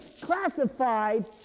classified